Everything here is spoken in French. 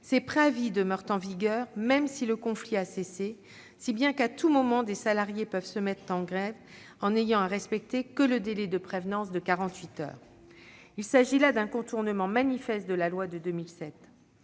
Ces préavis demeurent en vigueur même si le conflit a cessé, si bien qu'à tout moment des salariés peuvent se mettre en grève en n'ayant à respecter que le délai de prévenance de quarante-huit heures. Il s'agit là d'un contournement manifeste de la loi de 2007.